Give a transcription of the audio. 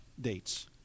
dates